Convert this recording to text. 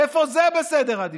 איפה זה בסדר העדיפויות?